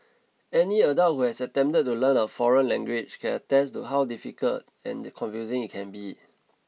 any adult who has attempted to learn a foreign language can attest to how difficult and confusing it can be